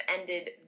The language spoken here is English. ended